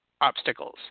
obstacles